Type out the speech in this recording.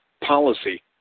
policy